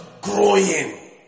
growing